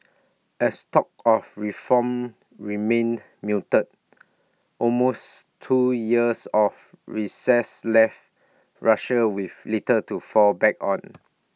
as talk of reform remained muted almost two years of recess left Russia with little to fall back on